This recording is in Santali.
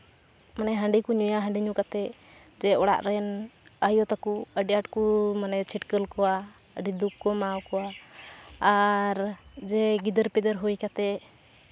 ᱢᱟᱱᱮ ᱦᱟᱺᱰᱤ ᱠᱚ ᱧᱩᱭᱟ ᱦᱟᱺᱰᱤ ᱧᱩ ᱠᱟᱛᱮᱫ ᱚᱲᱟᱜ ᱨᱮᱱ ᱟᱭᱳ ᱛᱟᱠᱚ ᱟᱹᱰᱤ ᱟᱸᱴ ᱠᱚ ᱢᱟᱱᱮ ᱪᱷᱟᱹᱴᱠᱟᱹᱞ ᱠᱚᱣᱟ ᱟᱹᱰᱤ ᱫᱩᱠ ᱠᱚ ᱮᱢᱟᱣᱟᱠᱚᱣᱟ ᱟᱨ ᱡᱮ ᱜᱤᱫᱟᱹᱨᱼᱯᱤᱫᱟᱹᱨ ᱦᱩᱭ ᱠᱟᱛᱮᱫ